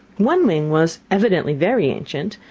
one wing was, evidently very ancient,